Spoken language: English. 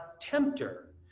tempter